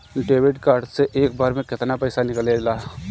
Debit card से एक बार मे केतना पैसा निकले ला?